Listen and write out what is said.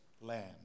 land